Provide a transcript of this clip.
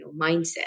mindset